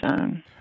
own